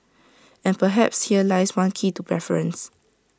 and perhaps here lies one key to preference